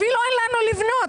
אפילו אין לנו אפשרות לבנות.